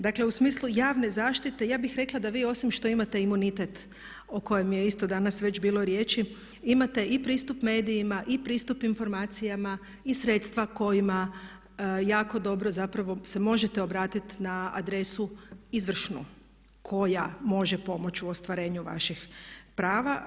Dakle, u smislu javne zaštite ja bih rekla da vi osim što imate imunitet o kojem je isto danas već bilo riječi imate i pristup medijima i pristup informacijama i sredstva kojima jako dobro zapravo se možete obratit na adresu izvršnu koja može pomoći u ostvarenju vaših prava.